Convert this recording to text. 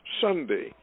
Sunday